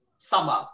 Summer